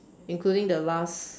including the last